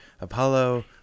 Apollo